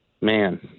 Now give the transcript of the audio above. Man